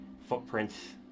footprints